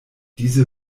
diese